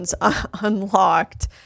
unlocked